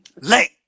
Late